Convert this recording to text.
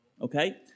okay